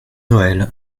noël